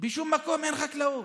בשום מקום אין חקלאות.